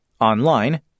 Online